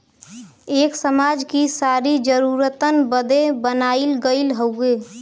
एक समाज कि सारी जरूरतन बदे बनाइल गइल हउवे